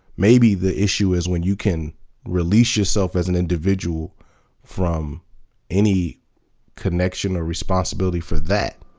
maybe the issue is, when you can release yourself as an individual from any connection or responsibility for that.